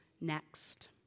next